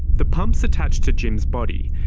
the pump is attached to jim's body,